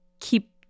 keep